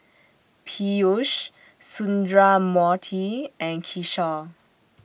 Peyush Sundramoorthy and Kishore